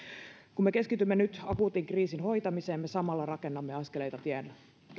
kun me keskitymme nyt akuutin kriisin hoitamiseen me samalla rakennamme